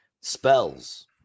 spells